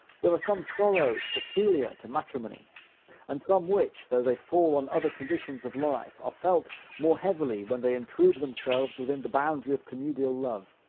there are some sorrows peculiar to matrimony and some which, though they fall on other conditions of life, are felt more heavily when they intrude themselves within the boundary of connubial love.